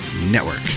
network